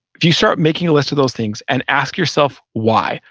if you start making a list of those things and ask yourself why?